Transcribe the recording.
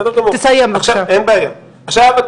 עכשיו,